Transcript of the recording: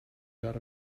got